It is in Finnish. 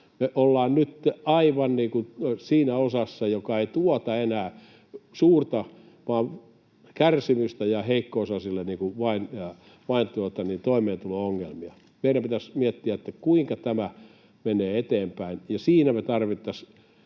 kuin siinä osassa, joka ei tuota enää suurta vaan kärsimystä ja heikko-osaisille vain toimeentulo-ongelmia. Meidän pitäisi miettiä, kuinka tämä menee eteenpäin,